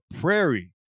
prairie